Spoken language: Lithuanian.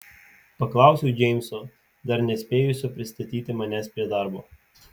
paklausiau džeimso dar nespėjusio pristatyti manęs prie darbo